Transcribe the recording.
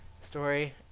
story